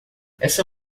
essa